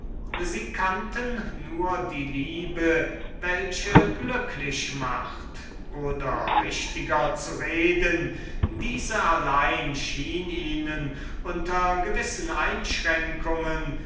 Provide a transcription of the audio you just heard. sie kannten nur die liebe welche scherzt küßt und glücklich ist oder richtiger zu reden diese allein schien ihnen unter gehörigen einschränkungen